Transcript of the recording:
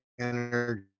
energy